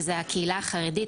שהן הקהיל החרדית,